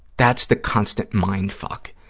that's the constant mind fuck.